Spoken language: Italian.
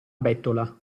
bettola